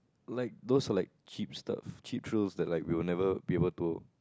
like those like cheap stuff cheap thrills like we will never be able to